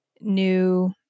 new